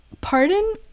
pardon